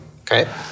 Okay